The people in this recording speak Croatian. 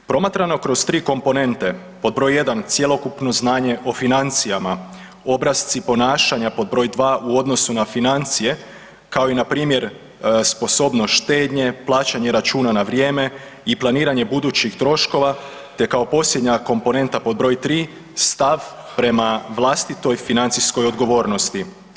Promatrano kroz tri komponente pod broj 1 cjelokupno znanje o financijama, obrasci ponašanja pod broj 2 u odnosu na financije kao i npr. sposobnost štednje, plaćanja računa na vrijeme i planiranje budućih troškova te kao posljednja komponenta pod broj 3 stav prema vlastitoj financijskoj odgovornosti.